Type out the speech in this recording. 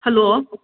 hello